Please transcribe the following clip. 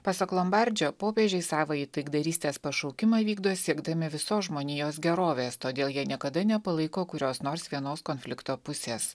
pasak lombardžio popiežiai savąjį taikdarystės pašaukimą vykdo siekdami visos žmonijos gerovės todėl jie niekada nepalaiko kurios nors vienos konflikto pusės